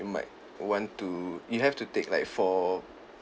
you might want to you have to take like four